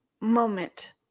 moment